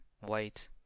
white